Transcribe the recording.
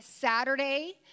Saturday